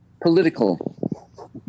political